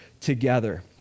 together